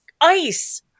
ice